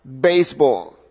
Baseball